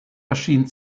erschien